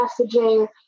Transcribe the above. messaging